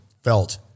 felt